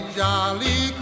jolly